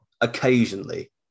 occasionally